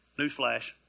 Newsflash